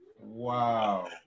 Wow